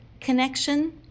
connection